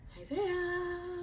Isaiah